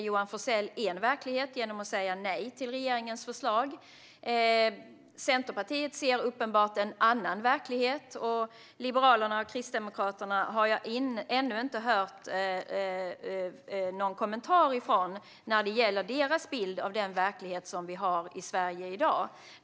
Johan Forssell ser en verklighet genom att säga nej till regeringens förslag. Centerpartiet ser uppenbarligen en annan verklighet. Liberalerna och Kristdemokraterna har jag ännu inte hört någon kommentar från när det gäller deras bild av den verklighet som vi har i Sverige i dag.